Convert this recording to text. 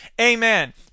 Amen